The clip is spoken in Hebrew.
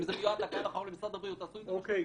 אם זה מיועד לקהל הרחב או למשרד הבריאות.